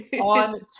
on